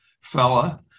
fella